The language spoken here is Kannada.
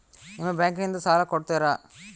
ನಿಮ್ಮ ಬ್ಯಾಂಕಿನಿಂದ ಸಾಲ ಕೊಡ್ತೇರಾ?